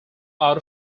out